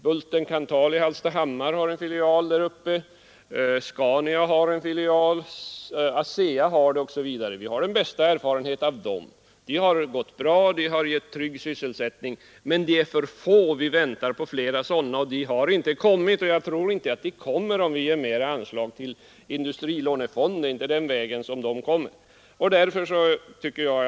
Bulten-Kanthal i Hallstahammar har en filial där uppe. Scania, ASEA m.fl. företag har filialer där. Vi har vissa erfarenheter av dem. De har gått bra och gett trygg sysselsättning, men de är för få. Vi väntar på fler sådana, men de har inte kommit. Och jag tror inte att de kommer, om vi ger mer anslag till industrilånefonden. Det är inte den vägen man skall gå.